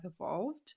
evolved